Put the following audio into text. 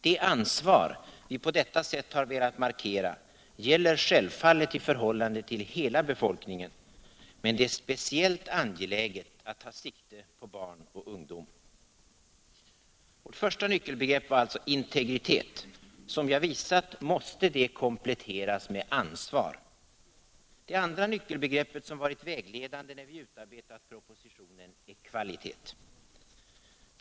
Det ansvar vi på detta sätt velat markera gäller självfallet i förhållande till hela befolkningen, men det är speciellt angeläget att ta sikte på barn och ungdom. Vårt första nyckelbegrepp var alltså integritet. Som jag visat måste det kompletteras med ansvar. Det andra nyckelbegreppet som varit vägledande när vi utarbetat propositionen är kvalitet.